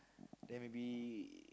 then maybe